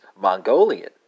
Mongolian